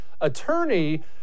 attorney